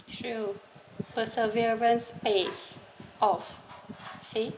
true perseverance pays off see